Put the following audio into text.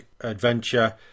adventure